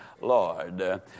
Lord